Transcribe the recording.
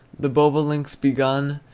the bobolinks begun.